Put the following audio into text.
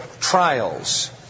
Trials